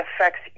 affects